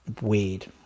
Weird